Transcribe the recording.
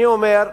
אני אומר,